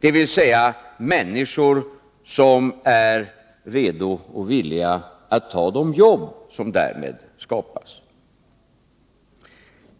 dvs. människor som är redo och villiga att ta de jobb som därmed skapas.